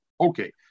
Okay